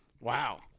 Wow